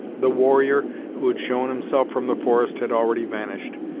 the warrior who had shown himself from the forest had already vanished,